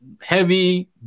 heavy